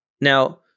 Now